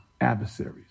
adversaries